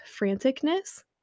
franticness